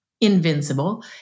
invincible